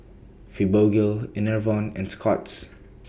Fibogel Enervon and Scott's